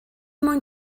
moyn